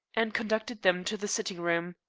and conducted them to the sitting-room.